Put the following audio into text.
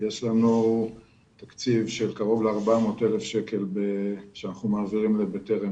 יש לנו תקציב של קרוב ל-400,000 שקל שאנחנו מעבירים לבטרם